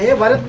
yeah whether